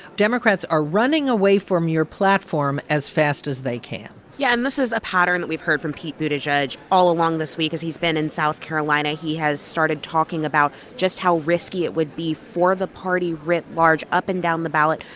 democrats are running away from your platform as fast as they can. yeah, and this is a pattern that we've heard from pete buttigieg. all along this week, as he's been in south carolina, he has started talking about just how risky it would be for the party writ large, up and down the ballot,